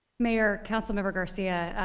mayor, councilmember garcia,